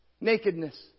Nakedness